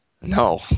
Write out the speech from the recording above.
No